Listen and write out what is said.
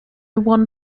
one